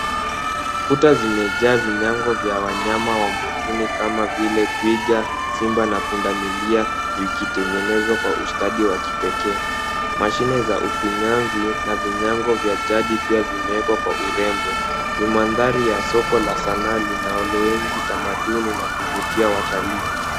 Kuta zimejaa vinyago vya wanyama wa mwituni kama vile twiga, simba na pundamilia vikitengenezwa kwa ustadi wa kipekee. Mashine za ufinyanzi na vinyago vya jadi pia vimewekwa kwa urembo. Ni mandhari ya soko la Sanaa linaloenzi tamaduni na kuvutia watalii.